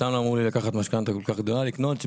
סתם אמרו לי לקחת משכנתא כל כך גדולה לקנות,